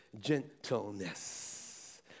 Gentleness